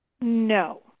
no